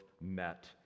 met